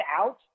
out